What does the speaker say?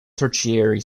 tertiary